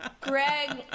Greg